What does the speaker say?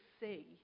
see